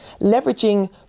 leveraging